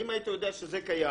אם היית יודע שזה קיים,